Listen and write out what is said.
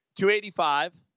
285